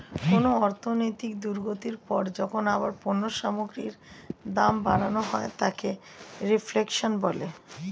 কোনো অর্থনৈতিক দুর্গতির পর যখন আবার পণ্য সামগ্রীর দাম বাড়ানো হয় তাকে রিফ্লেশন বলে